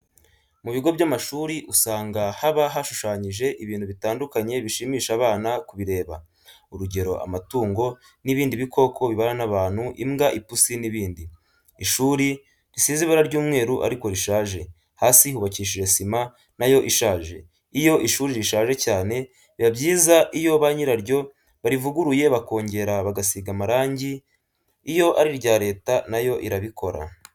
Mu bigo by'amashuri usanga haba hashushanyije ibintu bitandukanye bishimisha abana kubireba, urugero amatungo, nibindi bikoko bibana n'abantu imbwa, ipusi, n'ibindi. Ishuri risize ibara ry'umweru ariko rishaje, hasi hubakishije sima nayo ishaje. Iyo ishuri rishaje cyane biba byiza iyo banyiraryo barivuguruye bakongera bagasiga amarangi. Iyo ari irya leta nayo irabikora.